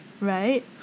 right